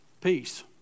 Peace